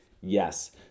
Yes